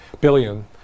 billion